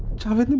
javed.